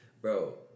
Bro